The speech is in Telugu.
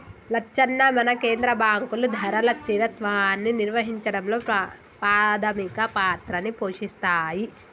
లచ్చన్న మన కేంద్ర బాంకులు ధరల స్థిరత్వాన్ని నిర్వహించడంలో పాధమిక పాత్రని పోషిస్తాయి